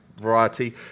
variety